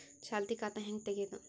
ಚಾಲತಿ ಖಾತಾ ಹೆಂಗ್ ತಗೆಯದು?